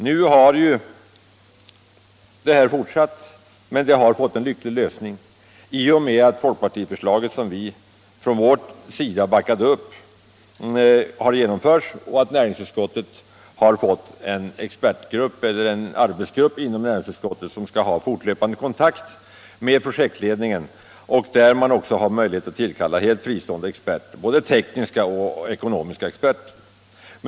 Nu har ju det hela fortsatt, men det har fått en lycklig lösning i och med att folkpartiförslaget, som vi backade upp, har genomförts och näringsutskottet har fått en arbetsgrupp, som skall ha fortlöpande kontakt med projektledningen och också ha möjlighet att tillkalla helt fristående tekniska och ekonomiska experter.